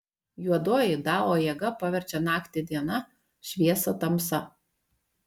juodoji dao jėga paverčia naktį diena šviesą tamsa